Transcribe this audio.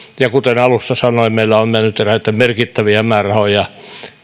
ja kuten alussa sanoin meillä on mennyt eräitä merkittäviä määrärahoja